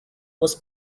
was